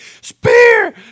Spear